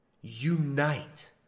unite